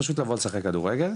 פשוט לבוא לשחק כדורגל.